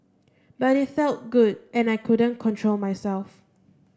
but it felt good and I couldn't control myself